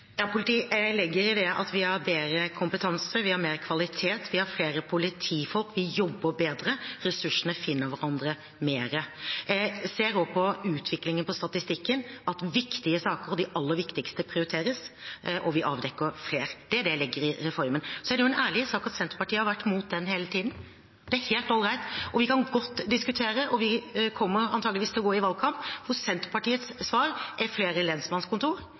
Jeg legger i det at vi har bedre kompetanse, mer kvalitet, flere politifolk, de jobber bedre, ressursene finner hverandre mer. Jeg ser også på utviklingen i statistikken at viktige saker og de aller viktigste sakene prioriteres, og vi avdekker flere. Det legger jeg i reformen. Det er en ærlig sak at Senterpartiet har vært imot den hele tiden – det er helt ålreit. Vi kan godt diskutere det, og vi kommer antageligvis til å gå inn i en valgkamp hvor Senterpartiets svar er flere lensmannskontor.